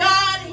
God